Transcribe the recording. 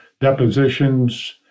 depositions